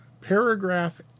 paragraph